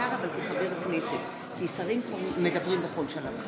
תודה רבה, אדוני היושב-ראש,